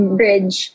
bridge